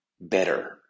better